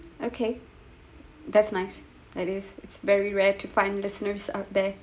okay that's nice that is its very rare to find listeners out there